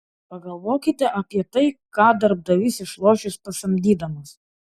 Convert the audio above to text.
pagalvokite apie tai ką darbdavys išloš jus pasamdydamas